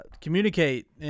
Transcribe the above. communicate